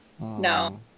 no